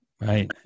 Right